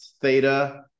Theta